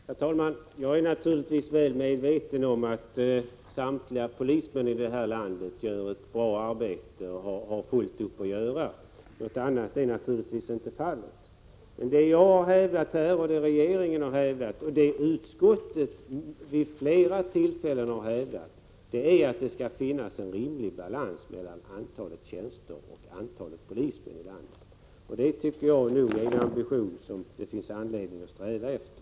Herr talman! Jag är naturligtvis väl medveten om att samtliga polismän i detta land har fullt upp att göra och gör ett bra arbete. Något annat är naturligtvis inte fallet. Men vad såväl jag som regeringen och utskottet har hävdat är att det skall finnas en rimlig balans mellan antalet tjänster och antalet polismän i landet. Det tycker jag är ett mål som det finns anledning att sträva efter.